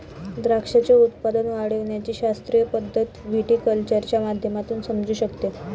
द्राक्षाचे उत्पादन वाढविण्याची शास्त्रीय पद्धत व्हिटीकल्चरच्या माध्यमातून समजू शकते